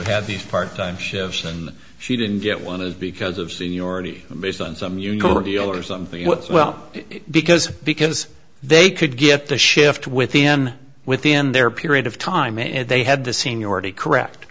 have these part time shifts and she didn't get one is because of seniority based on some you know or deal or something well because because they could get the shift within within their period of time and they had the seniority correct